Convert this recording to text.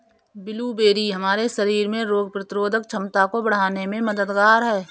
blueberry हमारे शरीर में रोग प्रतिरोधक क्षमता को बढ़ाने में मददगार है